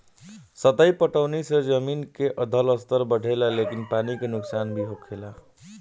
सतही पटौनी से जमीन के जलस्तर बढ़ेला लेकिन पानी के नुकसान भी होखेला